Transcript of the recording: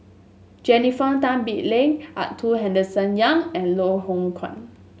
Jennifer Tan Bee Leng Arthur Henderson Young and Loh Hoong Kwan